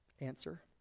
Answer